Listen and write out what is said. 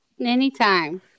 anytime